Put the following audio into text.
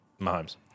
Mahomes